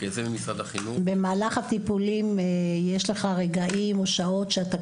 במהלך הטיפולים יש לך רגעים או שעות שאתה